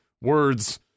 words